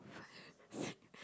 four five six